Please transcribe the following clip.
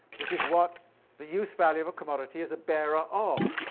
which is what the use-value of a commodity is a bearer of.